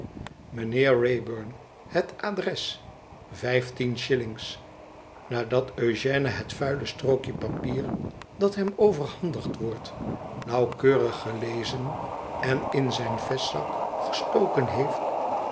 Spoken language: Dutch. meneer wrayburn het adres vijftien shillings nadat eugène het vuile strookje papier dat hem overhandigd wordt nauwkeurig gelezen en in zijn vestzak gestoken heeft